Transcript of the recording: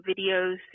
videos